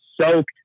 soaked